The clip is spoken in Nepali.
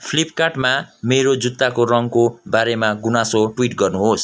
फ्लिपकार्टमा मेरो जुत्ताको रङको बारेमा गुनासो ट्विट गर्नुहोस्